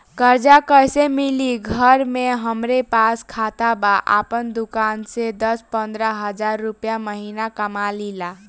कर्जा कैसे मिली घर में हमरे पास खाता बा आपन दुकानसे दस पंद्रह हज़ार रुपया महीना कमा लीला?